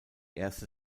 erste